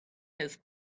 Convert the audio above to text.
his